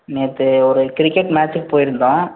நேற்று ஒரு கிரிக்கெட் மேச்சுக்கு போய்ருந்தோம்